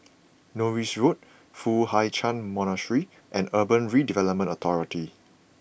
Norris Road Foo Hai Ch'an Monastery and Urban Redevelopment Authority